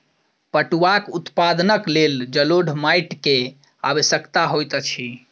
पटुआक उत्पादनक लेल जलोढ़ माइट के आवश्यकता होइत अछि